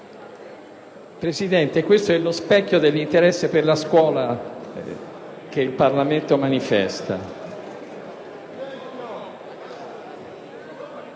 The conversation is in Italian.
Presidente, questo è lo specchio dell'interesse che il Parlamento manifesta